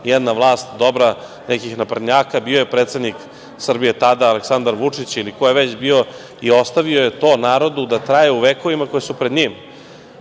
dobra vlast, nekih naprednjaka, bio je predsednik Srbije tada Aleksandar Vučić ili ko je već bio, i ostavio je to narodu da traje u vekovima koji su pred njim. Neće